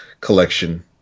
collection